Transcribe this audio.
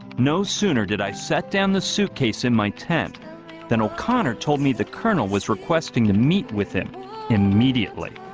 no sooner did i set down the suitcase in my tent then o'connor told me the colonel was requesting to meet with him immediately?